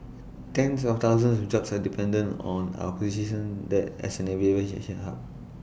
tens of thousands of jobs are dependent on our position that as an aviation shame hub